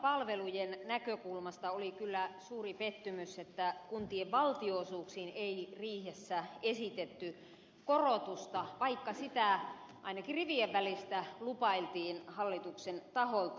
kuntapalvelujen näkökulmasta oli kyllä suuri pettymys että kuntien valtionosuuksiin ei riihessä esitetty korotusta vaikka sitä ainakin rivien välistä lupailtiin hallituksen taholta